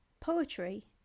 Poetry